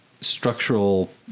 structural